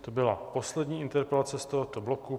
To byla poslední interpelace z tohoto bloku.